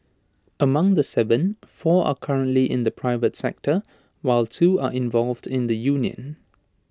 among the Seven four are currently in the private sector while two are involved in the union